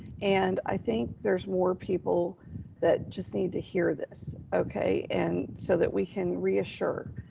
and i think there's more people that just needed to hear this, okay. and so that we can reassure.